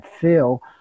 feel